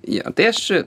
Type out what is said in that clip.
jo tai aš